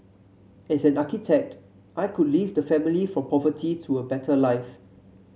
and as an architect I could lift the family from poverty to a better life